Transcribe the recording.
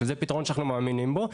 שזה פתרון שאנחנו מאמינים בו,